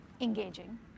engaging